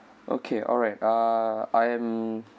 okay alright uh I'm